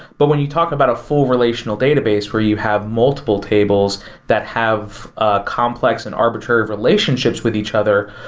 but when you talk about a full relational database where you have multiple tables that have a complex and arbitrary relationships with each other,